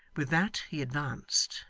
with that he advanced,